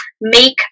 make